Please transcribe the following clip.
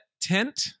tent